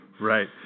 Right